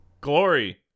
Glory